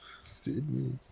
Sydney